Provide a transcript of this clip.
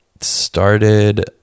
started